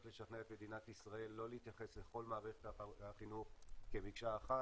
לשכנע את מדינת ישראל לא להתייחס לכל מערכת החינוך כאל מקשה אחת.